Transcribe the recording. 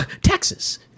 Texas